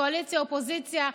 קואליציה ואופוזיציה,